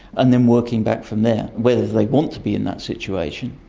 and then working back from there. whether they want to be in that situation,